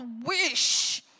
wish